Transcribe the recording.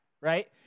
right